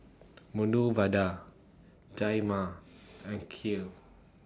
Medu Vada and Kheer